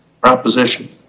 proposition